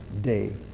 day